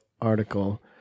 article